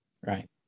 Right